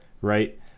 right